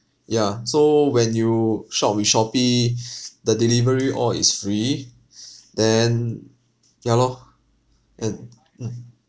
yeah so when you shop with Shopee the delivery all is free then ya lor and mm